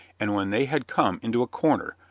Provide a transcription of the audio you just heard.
and when they had come into a corner,